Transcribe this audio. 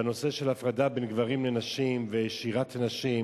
בנושא של הפרדה בין גברים ונשים ושירת נשים,